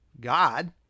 God